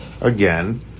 again